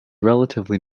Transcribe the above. relatively